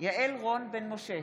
יעל רון בן משה,